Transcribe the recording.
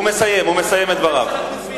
הוא מסיים, הוא מסיים את דבריו.